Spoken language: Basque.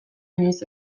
inoiz